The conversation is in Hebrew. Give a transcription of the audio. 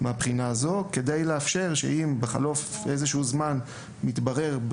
כדי לאפשר שאם בחלוף איזה שהוא זמן מתברר,